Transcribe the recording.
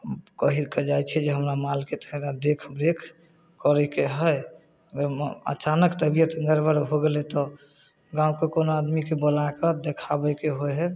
कहिके जाइ छिए जे हमरा मालके थोड़ा देखरेख करैके हइ अगर अचानक तबिअत एम्हर ओम्हर हो गेलै तऽ गामके कोनो आदमीके बोलाकऽ देखाबैके होइ हइ